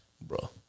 Bro